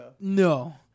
No